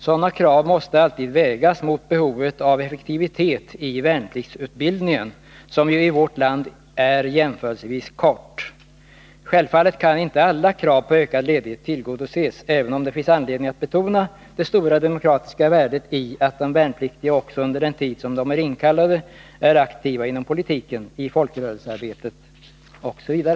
Sådana krav måste alltid vägas mot behovet av effektivitet i värnpliktsutbildningen, som ju i vårt land är jämförelsevis kort. Självfallet kan inte alla krav på ökad ledighet tillgodoses, även om det finns anledning att betona det stora demokratiska värdet i att de värnpliktiga också under den tid som de är inkallade är aktiva inom politiken, i folkrörelsearbetet osv.